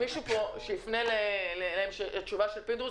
מישהו פה שיפנה למשרד האוצר ויבקש לשמוע תשובה לחבר הכנסת פינדרוס.